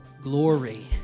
glory